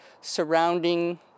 surrounding